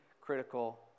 critical